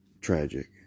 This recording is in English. Tragic